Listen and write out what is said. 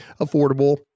affordable